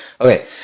Okay